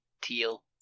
Teal